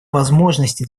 возможности